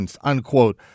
unquote